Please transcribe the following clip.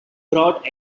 brought